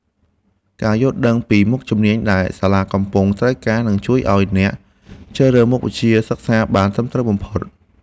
ការយល់ដឹងពីមុខជំនាញដែលសាលាកំពុងត្រូវការនឹងជួយឱ្យអ្នកជ្រើសរើសមុខវិជ្ជាសិក្សាបានត្រឹមត្រូវបំផុត។